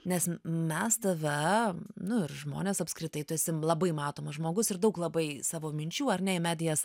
nes mes tave nu ir žmonės apskritai tu esi labai matomas žmogus ir daug labai savo minčių ar ne į medijas